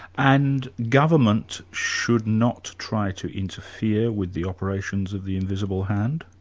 and government should not try to interfere with the operations of the invisible hand?